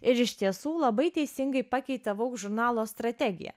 ir iš tiesų labai teisingai pakeitė vogue žurnalo strategiją